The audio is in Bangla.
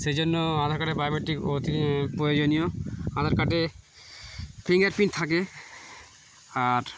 সেই জন্য আধার কার্ডে বায়োমেট্রিক প্রয়োজনীয় আধার কার্ডে ফিঙ্গারপ্রিন্ট থাকে আর